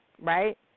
right